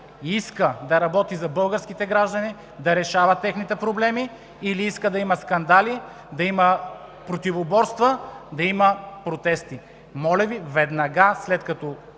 иска да работи за българските граждани, да решава техните проблеми, или иска да има скандали, да има противоборства, да има протести?! Моля Ви, веднага, след като